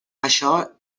això